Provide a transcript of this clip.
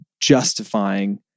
justifying